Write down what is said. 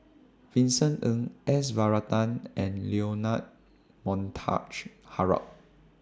Vincent Ng S Varathan and Leonard Montague Harrod